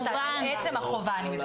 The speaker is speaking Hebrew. אני מדברת על עצם החובה.